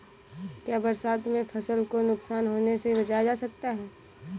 क्या बरसात में फसल को नुकसान होने से बचाया जा सकता है?